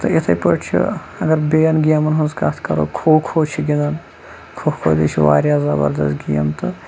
تہٕ یِتھٕے پٲٹھۍ چھِ اگر بییَن گیمَن ہِنٛز کَتھ کَرو کھُو کھُو چھِ گِنٛدان کھُو کھُو تہِ چھِ واریاہ زَبردست گیم تہٕ